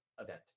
event